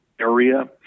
area